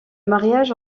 mariage